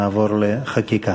נעבור לחקיקה.